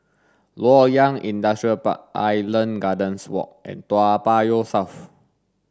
Loyang Industrial Park Island Gardens Walk and Toa Payoh South